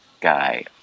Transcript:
guy